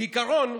כעיקרון,